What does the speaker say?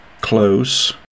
close